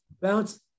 bounce